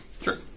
sure